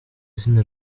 izina